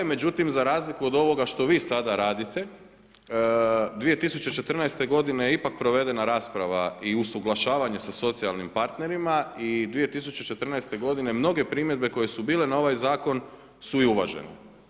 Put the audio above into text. Međutim, za razliku od ovoga što vi sada radite 2014. godine ipak je provedena rasprava i usuglašavanje sa socijalnim partnerima i 2014. godine mnoge primjedbe koje su bile na ovaj zakon su i uvažene.